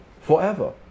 forever